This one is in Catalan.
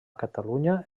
catalunya